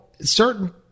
certain